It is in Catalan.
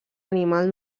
animal